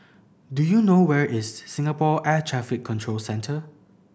do you know where is Singapore Air Traffic Control Centre